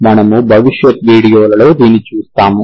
మనము భవిష్యత్ వీడియోలలో దీనిని చూస్తాము